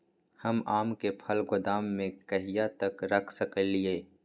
हम आम के फल गोदाम में कहिया तक रख सकलियै?